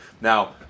Now